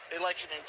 election